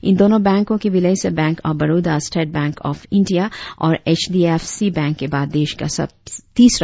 इन दोनों बैंको के विलय से Bank of Baroda State Bank of India और H D F C bank के बाद देश का तीसरा सबसे बड़ा बैंक होगा